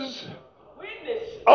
witnesses